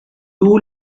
too